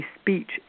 speech